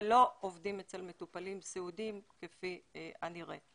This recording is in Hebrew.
ולא עובדים אצל מטופלים סיעודיים כפי הנראה.